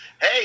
Hey